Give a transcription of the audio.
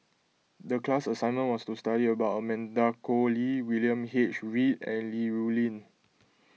the class assignment was to study about Amanda Koe Lee William H Read and Li Rulin